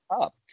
up